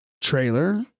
trailer